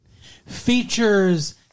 features